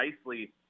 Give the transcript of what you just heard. nicely